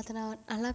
அதை நான் நல்லா